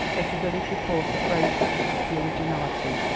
as the village reporter phrased it with happy originality,